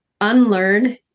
unlearn